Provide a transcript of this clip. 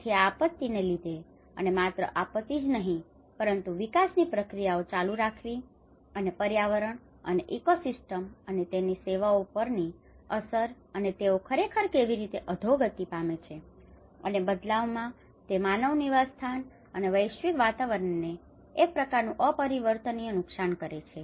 તેથી આ આપત્તિને લીધે અને માત્ર આપત્તિ જ નહી પરંતુ વિકાસની પ્રક્રિયાઓ ચાલુ રાખવી અને પર્યાવરણ અને ઇકોસિસ્ટમ્સ અને તેની સેવાઓ પરની અસર અને તેઓ ખરેખર કેવી રીતે અધોગતિ પામે છે અને બદલામાં તે માનવ નિવાસસ્થાન અને વૈશ્વિક વાતાવરણને એક પ્રકારનું અપરિવર્તનીય નુકસાન કરે છે